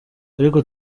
ariko